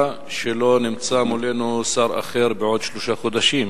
שלא נמצא מולנו שר אחר בעוד שלושה חודשים,